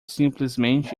simplesmente